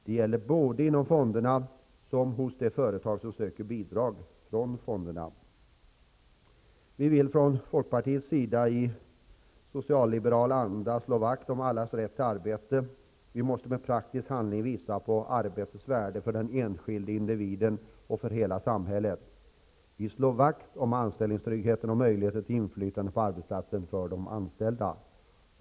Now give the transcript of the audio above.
Det gäller både inom fonderna som inom de företag som söker bidrag från fonderna. Vi i folkpartiet vill i socialliberal anda slå vakt om allas rätt till arbete. Vi måste i praktisk handling visa på arbetets värde för den enskilde individen och för hela samhället. Vi slår vakt om anställningstryggheten och möjligheterna till inflytande på arbetsplatsen för de anställda.